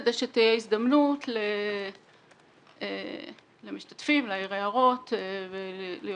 כדי שתהיה הזדמנות למשתתפים להעיר הערות ולהיות